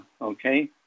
okay